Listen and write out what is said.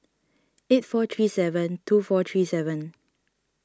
eight four three seven two four three seven